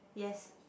yes